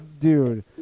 dude